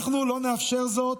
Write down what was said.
אנחנו לא נאפשר זאת,